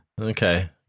Okay